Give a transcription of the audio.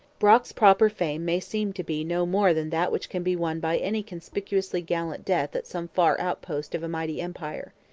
brock's proper fame may seem to be no more than that which can be won by any conspicuously gallant death at some far outpost of a mighty empire.